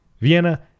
Vienna